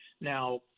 Now